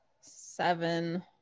Seven